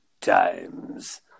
times